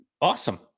Awesome